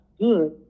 good